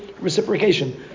reciprocation